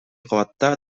кабатта